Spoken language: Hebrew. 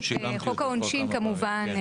חוק העונשין כמובן,